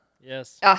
Yes